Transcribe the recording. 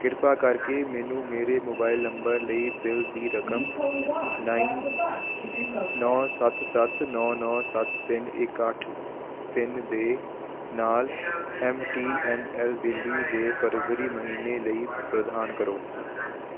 ਕਿਰਪਾ ਕਰਕੇ ਮੈਨੂੰ ਮੇਰੇ ਮੋਬਾਈਲ ਨੰਬਰ ਲਈ ਬਿੱਲ ਦੀ ਰਕਮ ਨਾਈਨ ਨੌਂ ਸੱਤ ਸੱਤ ਨੌਂ ਨੌਂ ਸੱਤ ਤਿੰਨ ਇੱਕ ਅੱਠ ਤਿੰਨ ਦੇ ਨਾਲ M T N L Delhi ਦੇ ਫਰਵਰੀ ਮਹੀਨੇ ਲਈ ਪ੍ਰਦਾਨ ਕਰੋ